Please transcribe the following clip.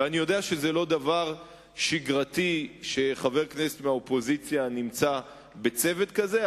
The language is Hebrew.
ואני יודע שזה לא דבר שגרתי שחבר כנסת מהאופוזיציה נמצא בצוות כזה,